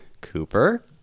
cooper